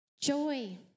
joy